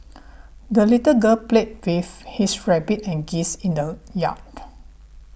the little girl played with his rabbit and geese in the yard